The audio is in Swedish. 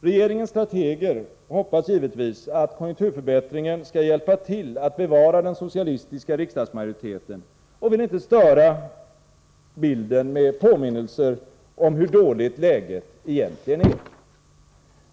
Regeringens strateger hoppas givetvis att konjunkturförbättringen skall hjälpa till att bevara den socialistiska riksdagsmajoriteten, och vill inte störa bilden med påminnelser om hur dåligt läget egentligen är.